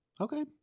Okay